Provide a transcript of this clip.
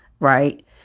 Right